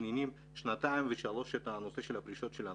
שמתכננים שנתיים ושלוש שנים את נושא הפרישות של האנשים.